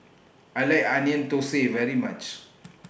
I like Onion Thosai very much